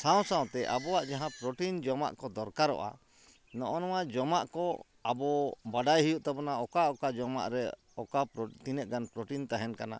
ᱥᱟᱶ ᱥᱟᱶᱛᱮ ᱟᱵᱚᱣᱟᱜ ᱡᱟᱦᱟᱸ ᱯᱨᱳᱴᱤᱱ ᱡᱚᱢᱟᱜ ᱠᱚ ᱫᱚᱨᱠᱟᱨᱚᱜᱼᱟ ᱱᱚᱜᱼᱚᱭ ᱱᱚᱣᱟ ᱡᱚᱢᱟᱜ ᱠᱚ ᱟᱵᱚ ᱵᱟᱰᱟᱭ ᱦᱩᱭᱩᱜ ᱛᱟᱵᱚᱱᱟ ᱚᱠᱟ ᱚᱠᱟ ᱡᱚᱢᱟᱜ ᱨᱮ ᱚᱠᱟ ᱛᱤᱱᱟᱹᱜ ᱜᱟᱱ ᱯᱨᱳᱴᱤᱱ ᱛᱟᱦᱮᱱ ᱠᱟᱱᱟ